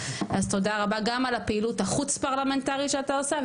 אז תודה רבה גם על הפעילות החוץ פרלמנטרית שאתה עושה,